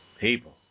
people